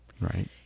Right